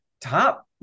top